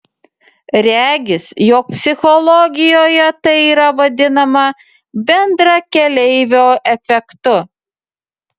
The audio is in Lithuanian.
regis jog psichologijoje tai yra vadinama bendrakeleivio efektu